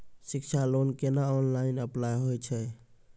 शिक्षा लोन केना online apply होय छै?